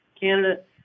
candidate